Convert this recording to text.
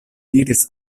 diris